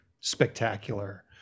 spectacular